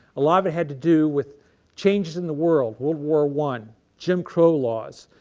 a lot of it had to do with changes in the world, world war one, jim crow laws,